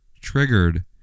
triggered